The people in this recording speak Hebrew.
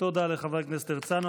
תודה לחבר הכנסת הרצנו.